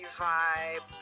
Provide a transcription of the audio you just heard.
vibe